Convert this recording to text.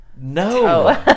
No